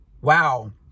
Wow